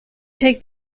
take